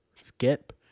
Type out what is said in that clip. Skip